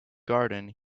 garden